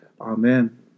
Amen